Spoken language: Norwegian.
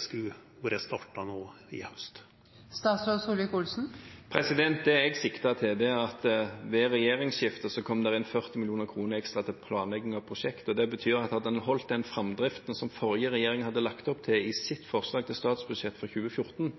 skulle vore starta no i haust? Det jeg sikter til, er at ved regjeringsskiftet kom det inn 40 mill. kr ekstra til planlegging av prosjektet. Det betyr at hadde en holdt den framdriften som forrige regjering hadde lagt opp til i sitt forslag til statsbudsjett for 2014,